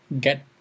get